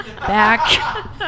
Back